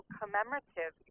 commemorative